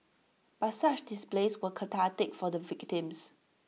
but such displays were cathartic for the victims